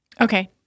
Okay